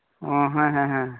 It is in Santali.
ᱳ ᱦᱮᱸ ᱦᱮᱸ